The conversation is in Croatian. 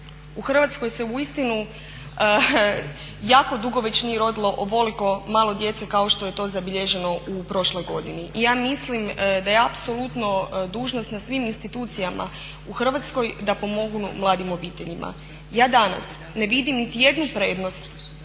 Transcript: U Hrvatskoj se uistinu jako dugo već nije rodilo ovoliko malo djece kao što je to zabilježeno u prošloj godini i ja mislim da je apsolutno dužnost na svim institucijama u Hrvatskoj da pomognu mladim obiteljima. Ja danas ne vidim niti jednu prednost